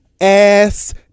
ass